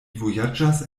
vojaĝas